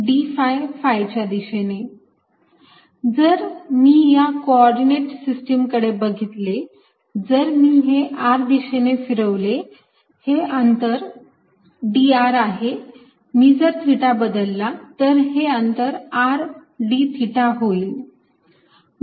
dldrrrdθrsinθdϕ जर मी या को ऑर्डिनेट सिस्टिम कडे बघितले मी जर हे r दिशेने फिरवले हे अंतर dr आहे मी जर थिटा बदलला तर हे अंतर r d थिटा होईल